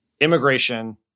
immigration